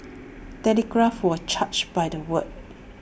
telegrams were charged by the word